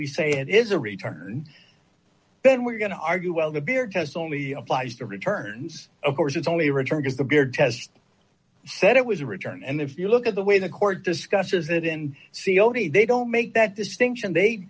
we say it is a return then we're going to argue well the beer test only applies to returns of course it's only returned as the beard has said it was a return and if you look at the way the court discusses it in cod they don't make that distinction they